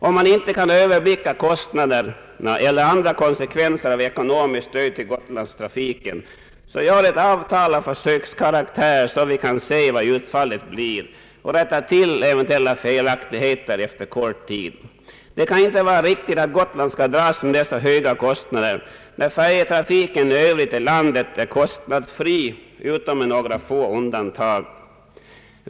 Om man inte kan överblicka kostnaderna eller andra konsekvenser av ekonomiskt stöd till Gotlandstrafiken, så gör ett avtal av försökskaraktär, så att vi kan se hur utfallet blir, och rätta till eventuella felaktigheter efter kort tid! Det kan inte vara riktigt att Gotland skall dras med dessa höga kostnader, när färjetrafiken i övrigt i landet är kostnadsfri utom med några få undantag.